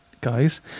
guys